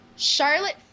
charlotte